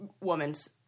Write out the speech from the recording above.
woman's